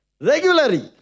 regularly